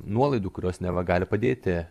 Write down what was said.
nuolaidų kurios neva gali padėti